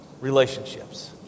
relationships